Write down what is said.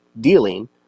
dealing